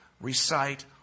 recite